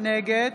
נגד